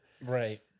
Right